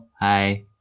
hi